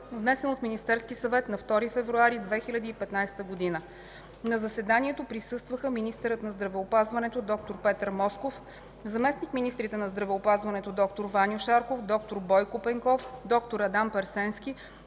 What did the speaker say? внесен от Министерския съвет на 2 февруари 2015 г. На заседанието присъстваха: министърът на здравеопазването – д-р Петър Москов, заместник-министрите на здравеопазването: д-р Ваньо Шарков, д-р Бойко Пенков, д-р Адам Персенски,